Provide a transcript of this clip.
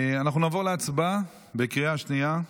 אנחנו נעבור להצבעה בקריאה השנייה.